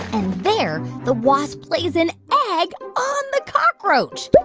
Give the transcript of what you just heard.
and there, the wasp lays an egg on the cockroach.